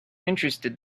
interested